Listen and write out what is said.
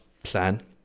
plan